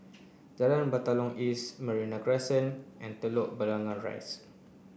Jalan Batalong East Merino Crescent and Telok Blangah Rise